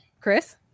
Chris